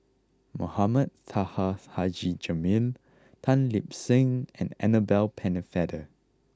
Mohamed Taha Haji Jamil Tan Lip Seng and Annabel Pennefather